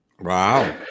Wow